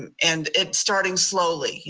and and it's starting slowly,